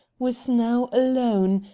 was now alone,